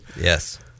yes